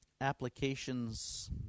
applications